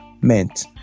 meant